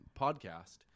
podcast